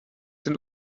den